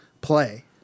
play